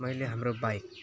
मैले हाम्रो बाइक